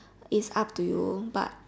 is up to you but